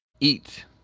Eat